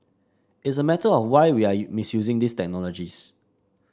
it's a matter of why we are you misusing these technologies